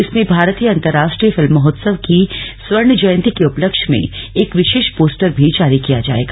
इसमें भारतीय अंतर्राष्ट्रीय फिल्म महोत्स्व की स्वर्ण जयंती के उपलक्ष्य में एक विशेष पोस्टर भी जारी किया जाएगा